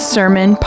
Sermon